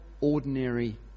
ordinary